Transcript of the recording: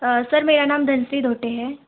sir मेरा नाम धनश्री धोटे है